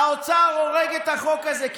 האוצר הורג את החוק הזה,